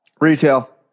Retail